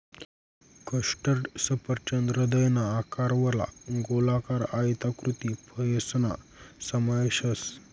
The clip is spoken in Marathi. कस्टर्ड सफरचंद हृदयना आकारवाला, गोलाकार, आयताकृती फयसना समावेश व्हस